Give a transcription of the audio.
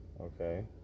Okay